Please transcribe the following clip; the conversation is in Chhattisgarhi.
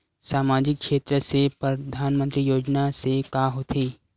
सामजिक क्षेत्र से परधानमंतरी योजना से का होथे?